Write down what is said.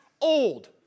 old